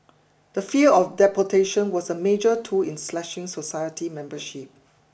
the fear of deportation was a major tool in slashing society membership